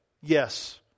Yes